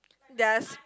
theirs